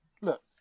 Look